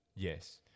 Yes